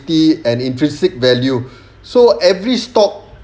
ty and intrinsic value so every stock